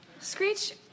Screech